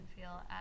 feel